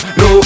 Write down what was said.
no